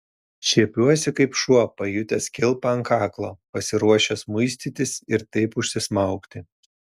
šiepiuosi kaip šuo pajutęs kilpą ant kaklo pasiruošęs muistytis ir taip užsismaugti